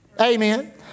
Amen